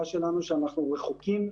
אם תרצו,